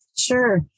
Sure